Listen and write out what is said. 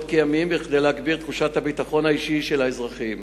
כימים כדי להגביר את תחושת הביטחון האישי של האזרחים.